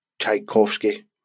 Tchaikovsky